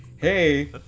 Hey